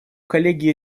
коллеги